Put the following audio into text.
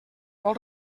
vol